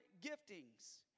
giftings